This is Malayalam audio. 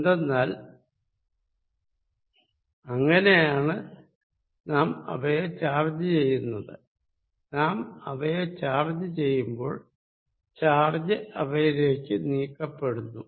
എന്തെന്നാൽ അങ്ങനെയാണ് നാം അവയെ ചാർജ് ചെയ്യുന്നത് നാം അവയെ ചാർജ് ചെയ്യുമ്പോൾ ചാർജ് അവയിലേക്ക് നീക്കപ്പെടുന്നു